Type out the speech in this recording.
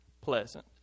pleasant